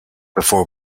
before